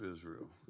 Israel